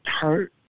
hurt